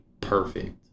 perfect